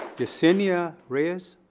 yesenia reyes.